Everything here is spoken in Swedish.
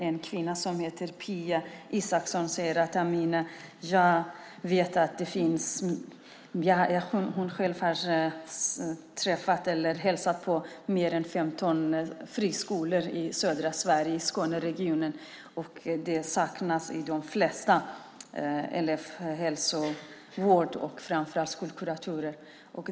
En kvinna som heter Pia Isacsson säger att hon själv har hälsat på i mer än 15 friskolor i södra Sverige, Skåneregionen, och i de flesta saknas elevhälsovård, framför allt skolkuratorer.